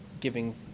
giving